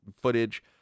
footage